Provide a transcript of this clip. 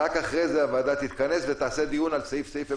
רק אחרי זה הוועדה תתכנס ותקיים דיון